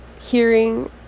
hearing